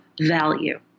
value